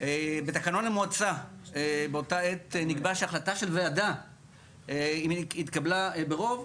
בתקנון המועצה באותה עת נקבע שהחלה של וועדה אם היא התקבלה ברוב,